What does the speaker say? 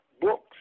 books